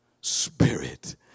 Spirit